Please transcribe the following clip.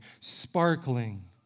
sparkling